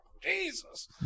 Jesus